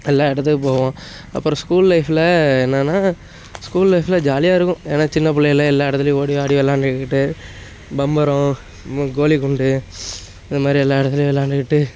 எல்லா இடத்துக்கும் போவோம் அப்புறம் ஸ்கூல் லைஃப்பில் என்னென்னால் ஸ்கூல் லைஃப்பில் ஜாலியாக இருக்கும் ஏன்னால் சின்ன பிள்ளையில எல்லா இடத்துலையும் ஓடி ஆடி வெளாண்டுக்கிட்டு பம்பரம் இது மாதிரி கோலிகுண்டு இது மாதிரி எல்லா இடத்துலையும் வெளாண்டுக்கிட்டு